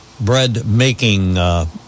bread-making